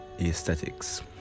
aesthetics